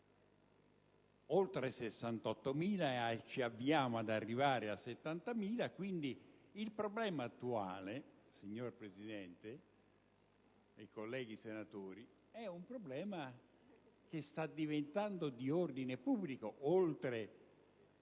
oltre 68.000, e ci avviamo ad arrivare a 70.000. Quindi, il problema attuale, signor Presidente e colleghi senatori, sta diventando di ordine pubblico,